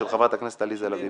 של חברת הכנסת עליזה לביא.